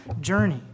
journey